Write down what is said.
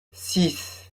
six